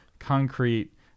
concrete